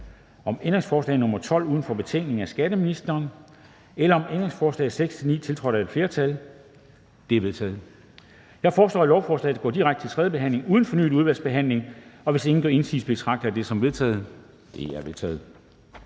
0. Ændringsforslaget er forkastet. Ønskes afstemning om ændringsforslag nr. 7-9, tiltrådt af udvalget? De er vedtaget. Jeg foreslår, at lovforslaget går direkte til tredje behandling uden fornyet udvalgsbehandling. Og hvis ingen gør indsigelse, betragter jeg det som vedtaget. Det er vedtaget.